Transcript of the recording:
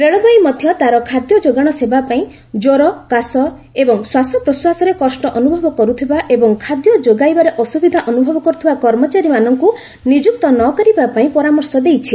ରେଳବାଇ ମଧ୍ୟ ତା'ର ଖାଦ୍ୟ ଯୋଗାଣ ସେବା ପାଇଁ ଜ୍ୱର କାଶ ଏବଂ ଶ୍ୱାସପ୍ରଶ୍ୱାସରେ କଷ୍ଟ ଅନୁଭବ କରୁଥିବା ଏବଂ ଖାଦ୍ୟ ଯୋଗାଇବାରେ ଅସୁବିଧା ଅନୁଭବ କରୁଥିବା କର୍ମଚାରୀମାନଙ୍କୁ ନିଯୁକ୍ତ ନ କରିବାପାଇଁ ପରାମର୍ଶ ଦେଇଛି